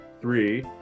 Three